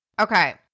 Okay